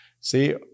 See